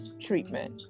treatment